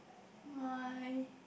my